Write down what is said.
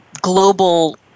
global